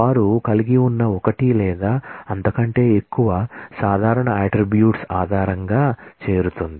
వారు కలిగి ఉన్న 1 లేదా అంతకంటే ఎక్కువ సాధారణ అట్ట్రిబ్యూట్స్ ఆధారంగా చేరుతుంది